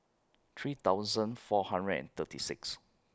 three thousand four hundred and thirty six